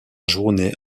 journée